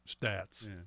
stats